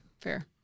Fair